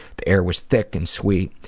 the air was thick and sweet.